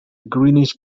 greenish